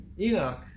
Enoch